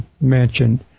mentioned